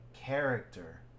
character